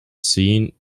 scene